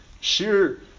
sheer